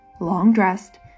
long-dressed